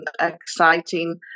exciting